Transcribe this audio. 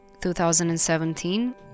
2017